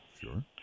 Sure